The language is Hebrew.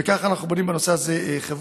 וכך אנחנו בונים בנושא הזה חברה.